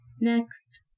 Next